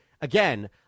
again